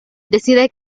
decide